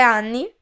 anni